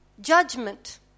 judgment